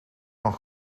van